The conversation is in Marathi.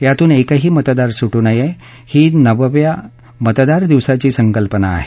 यातून एकही मतदार सुटू नये ही नवव्या मतदार दिवसाची संकल्पना आहे